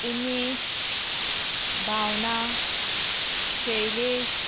Umesh Bhavana Shailesh